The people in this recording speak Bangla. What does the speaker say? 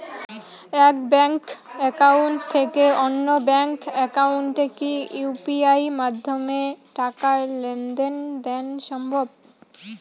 এক ব্যাংক একাউন্ট থেকে অন্য ব্যাংক একাউন্টে কি ইউ.পি.আই মাধ্যমে টাকার লেনদেন দেন সম্ভব?